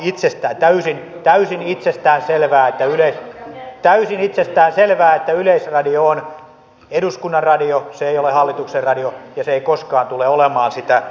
ja on täysin itsestään selvää että yleisradio on eduskunnan radio se ei ole hallituksen radio ja se ei koskaan tule olemaan sitä